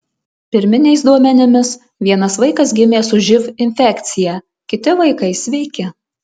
pirminiais duomenimis vienas vaikas gimė su živ infekcija kiti vaikai sveiki